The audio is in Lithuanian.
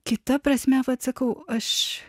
kita prasme vat sakau aš